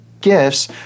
gifts